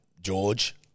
George